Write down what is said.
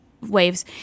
waves